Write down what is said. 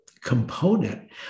component